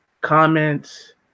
comments